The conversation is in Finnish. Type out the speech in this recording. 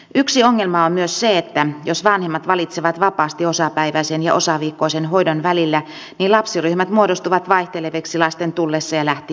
yksi ongelma on myös se että jos vanhemmat valitsevat vapaasti osapäiväisen ja osaviikkoisen hoidon välillä niin lapsiryhmät muodostuvat vaihteleviksi lasten tullessa ja lähtiessä eri aikaan